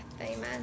Amen